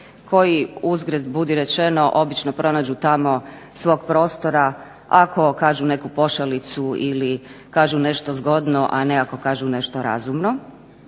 koji uzgred budi rečeno obično pronađu tamo svog prostora ako kažu neku pošalicu ili kažu nešto zgodno, a ne ako kažu nešto razumno.